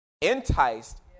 enticed